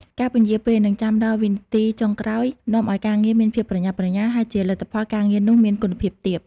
ការពន្យារពេល និងចាំំដល់វិនាទីចុងក្រោយនាំឱ្យការងារមានភាពប្រញាប់ប្រញាល់ ហើយជាលទ្ធផលការងារនោះមានគុណភាពទាប។